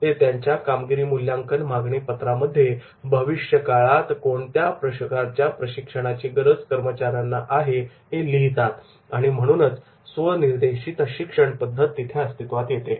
ते त्यांच्या कामगिरी मूल्यांकन मागणी पत्रातमध्ये भविष्यकाळात कोणत्या प्रकारच्या प्रशिक्षणाची गरज कर्मचाऱ्यांना आहे हे लिहितात आणि म्हणूनच स्व निर्देशित शिक्षण पद्धत तिथे अस्तित्वात येते